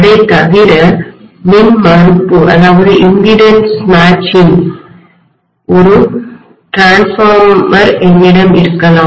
அதை தவிர மின்மறுப்புஇம்பிடன்ஸ் மேட்சிங் பொருத்தத்திற்கான ஒரு மின்மாற்றிடிரான்ஸ்ஃபார்மர் என்னிடம் இருக்கலாம்